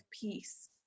peace